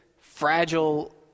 fragile